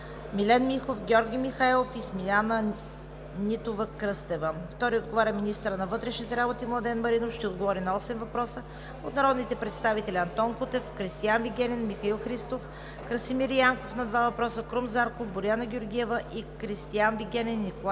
Милен Михов; Георги Михайлов; и Смиляна Нитова-Кръстева. Втори ще отговаря министърът на вътрешните работи Младен Маринов на осем въпроса от народните представители Антон Кутев; Кристиан Вигенин; Михаил Христов; Красимир Янков на два въпроса; Крум Зарков; Боряна Георгиева; и Кристиан Вигенин и Николай